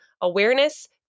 awareness